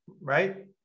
right